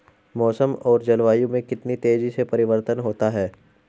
मौसम और जलवायु में कितनी तेजी से परिवर्तन होता है?